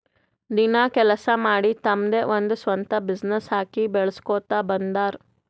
ದಿನ ಕೆಲ್ಸಾ ಮಾಡಿ ತಮ್ದೆ ಒಂದ್ ಸ್ವಂತ ಬಿಸಿನ್ನೆಸ್ ಹಾಕಿ ಬೆಳುಸ್ಕೋತಾ ಬಂದಾರ್